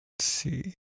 see